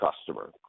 customer